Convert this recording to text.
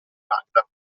magda